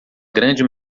grande